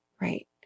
right